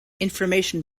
information